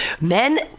men